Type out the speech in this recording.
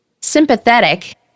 Sympathetic